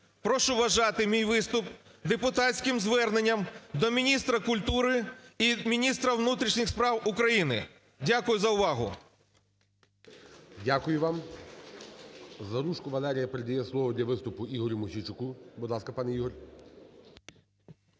Прошу вважати мій виступ депутатським зверненням до міністра культури і міністра внутрішніх справ України. Дякую за увагу. ГОЛОВУЮЧИЙ. Дякую вам. Заружко Валерія передає слово для виступу Ігорю Мосійчуку. Будь ласка, пане Ігорю.